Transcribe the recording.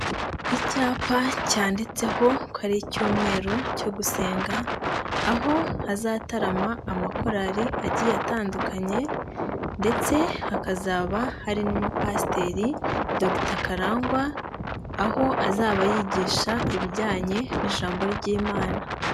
Icyapa cyanditseho ko icyumweru cyo gusenga, aho hazatarama amakorali agiye atandukanye ndetse hakazaba hari n'umupasiteri Dr Karangwa, aho azaba yigisha ibijyanye n'ijambo ry'imana.